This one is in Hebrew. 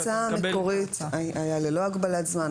ההצעה המקורית הייתה ללא הגבלת זמן.